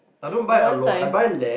one time